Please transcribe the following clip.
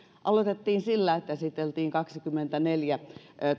aloitettiin sillä että esiteltiin kaksikymmentäneljä